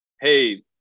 hey